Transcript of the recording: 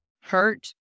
hurt